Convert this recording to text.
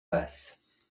basses